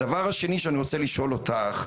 הדבר השני שאני רוצה לשאול אותך,